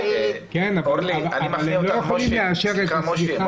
כן, אבל הם לא יכולים לאשר את זה, סליחה.